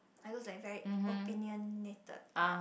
I looks like very opinionated right